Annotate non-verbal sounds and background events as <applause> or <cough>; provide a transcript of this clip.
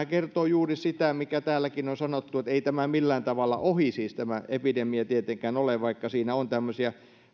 <unintelligible> kertoo juuri siitä mikä täälläkin on sanottu että ei tämä epidemia millään tavalla ohi siis tietenkään ole vaikka siinä on tämmöisiä